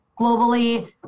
globally